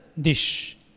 dish